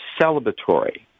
celebratory